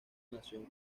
nación